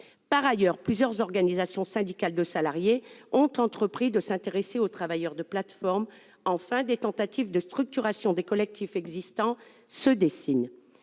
Par ailleurs, plusieurs organisations syndicales de salariés ont entrepris de s'intéresser aux travailleurs de plateformes. Enfin, des tentatives de structuration des collectifs existants se dessinent.